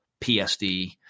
PSD